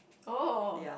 oh